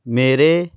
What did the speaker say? ਮੇਰੇ